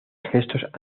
gestos